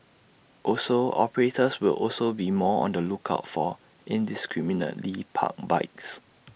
also operators will also be more on the lookout for indiscriminately parked bikes